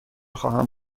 خواهم